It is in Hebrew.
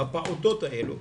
בפעוטות האלה,